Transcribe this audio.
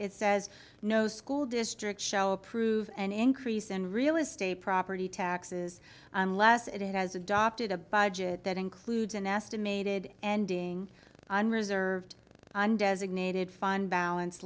it says no school district shall approve an increase in real estate property taxes unless it has adopted a budget that includes an estimated ending unreserved on designated fund balance